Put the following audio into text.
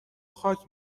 خاک